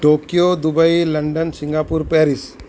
Tokyo Dubai London Singapore Paris